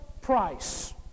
price